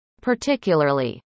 Particularly